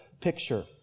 picture